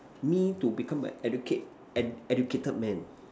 me to become a educate ed~ educated man